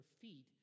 feet